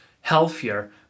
healthier